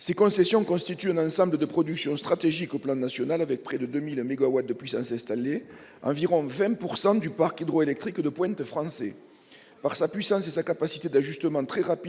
Ces concessions constituent un ensemble de production stratégique au plan national, avec près de 2 000 mégawatts de puissance installée, soit environ 20 % du parc hydroélectrique de pointe français. Par sa puissance et par sa capacité très rapide d'ajustement